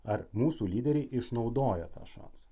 ar mūsų lyderiai išnaudoja tą šansą